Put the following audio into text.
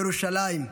ירושלים,